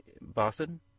Boston